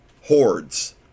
hordes